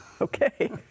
Okay